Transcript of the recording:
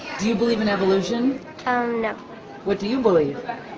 do you believe in evolution what do you believe